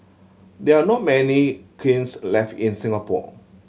there are not many kilns left in Singapore